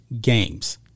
games